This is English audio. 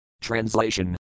Translation